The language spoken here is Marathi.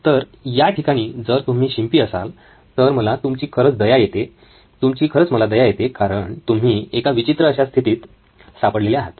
तर या ठिकाणी जर तुम्ही शिंपी असाल तर मला तुमची दया येते खरंच मला तुमची दया येते कारण तुम्ही एका विचित्र अशा स्थितीत सापडलेले आहात